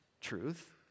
truth